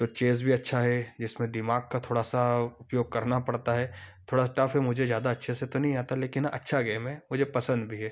तो चेज़ भी अच्छा है जिसमें दिमाग़ का थोड़ा सा उपयोग करना पड़ता है थोड़ा सा टफ है मुझे ज़्यादा अच्छे से तो नहीं आता लेकिन अच्छा गेम है मुझे पसंद भी है